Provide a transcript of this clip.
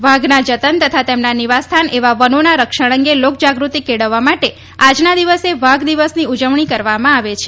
વાઘના જતન તથા તેમના નિવાસસ્થાન એવા વનોના રક્ષણ અંગે લોકજાગૃતિ કેળવવા માટે આજના દિવસે વાઘ દિવસની ઉજવણી કરવામાં આવે છે